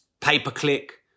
pay-per-click